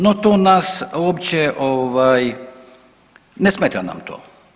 No, to nas uopće ne smeta nam to.